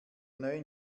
neuen